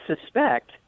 suspect